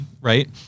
right